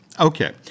Okay